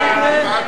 41 אין עוד